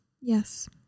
Yes